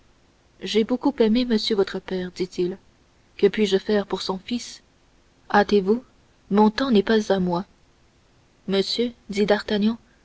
j'ai beaucoup aimé monsieur votre père dit-il que puis-je faire pour son fils hâtez-vous mon temps n'est pas à moi monsieur dit